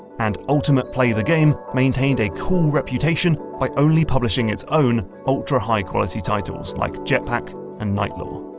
and ultimate play the game maintained a cool reputation by only publishing its own, ultra high-quality titles like jetpac and knightlore.